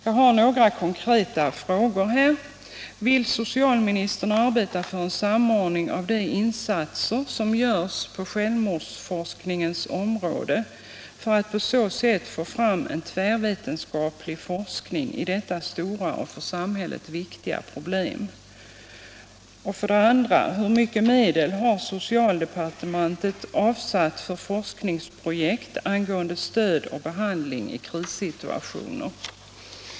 Jag har några konkreta frågor: Vill statsrådet Troedsson arbeta för en samordning av de insatser som görs på självmordsforskningens område för att på så sätt få fram en tvärvetenskaplig forskning om detta stora och för samhället viktiga problem? Hur mycket raedel har socialdepartementet avsatt för forskningsprojekt angående stöd och behandling i krissituationer?